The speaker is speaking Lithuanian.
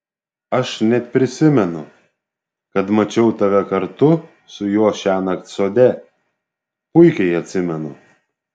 aš net prisimenu kad mačiau tave kartu su juo šiąnakt sode puikiai atsimenu